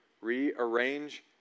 rearrange